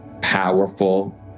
powerful